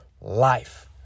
life